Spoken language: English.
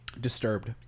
Disturbed